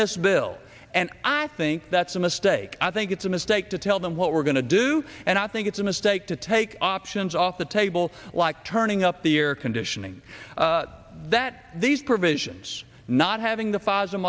this bill and i think that's a mistake i think it's a mistake to tell them what we're going to do and i think it's a mistake to take options off the table like turning up the air conditioning that these provisions not having the